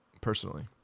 personally